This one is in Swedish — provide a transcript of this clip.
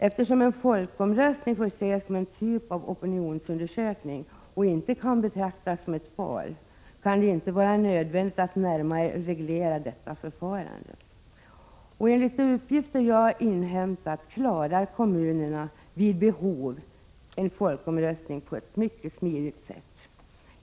Eftersom en folkomröstning får ses som en typ av opinionsundersökning och inte kan betraktas som ett val, kan det inte vara nödvändigt att närmare reglera detta förfarande. Enligt de uppgifter jag har inhämtat, klarar kommunerna vid behov en folkomröstning på ett smidigt sätt.